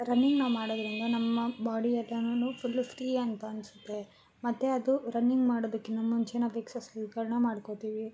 running ನಾವು ಮಾಡೋದ್ರಿಂದ ನಮ್ಮ ಬಾಡಿ ಎಲ್ಲಾನು ಫುಲ್ಲು ಫ್ರೀ ಅಂತ ಅನಿಸುತ್ತೆ ಮತ್ತು ಅದು ರನ್ನಿಂಗ್ ಮಾಡೋದಕ್ಕಿನ್ನ ಮುಂಚೆ ನಾವು ಎಕ್ಸರ್ಸೈಝ್ಗಳನ್ನ ಮಾಡ್ಕೊತೀವಿ